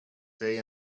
day